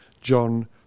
John